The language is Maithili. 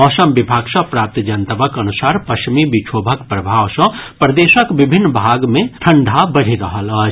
मौसम विभाग सँ प्राप्त जनतबक अनुसार पश्चिमी विक्षोभक प्रभाव सँ प्रदेशक विभिन्न भाग मे ठंढा बढ़ि रहल अछि